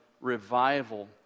revival